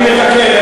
אני מתקן.